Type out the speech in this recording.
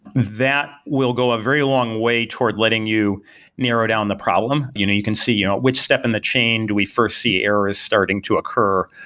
that will go a very long way toward letting you narrow down the problem. you know you can see which step in the chain do we first see errors starting to occur,